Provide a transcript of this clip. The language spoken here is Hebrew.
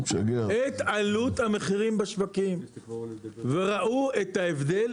בדקו את עלות המחירים בשווקים וראו את ההבדל